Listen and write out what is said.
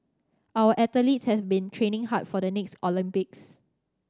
our athletes has been training hard for the next Olympics